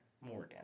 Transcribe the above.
Morgan